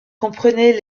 comprenait